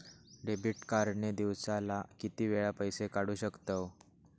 Debit card ने दिवसाला किती वेळा पैसे काढू शकतव?